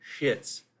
shits